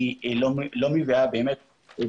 שלא מגבירה את האמון,